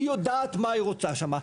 היא יודעת מה היא רוצה שם.